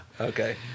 Okay